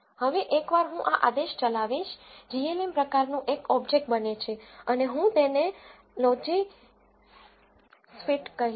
હવે એકવાર હું આ આદેશ ચલાવીશ glm પ્રકારનું એક ઓબ્જેક્ટ બને છે અને હું તેને લોજીસફિટ કહીશ